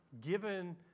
given